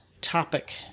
topic